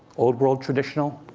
old world traditional